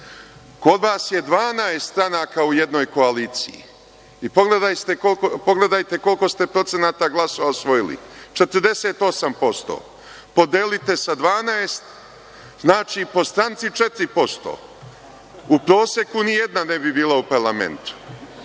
Kod vas je 12 stranaka u jednoj koaliciji i pogledajte koliko ste procenata glasova osvojili – 48%. Podelite to sa 12, znači, po stranci 4%. U proseku nijedna ne bi bila u parlamentu.